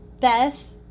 Beth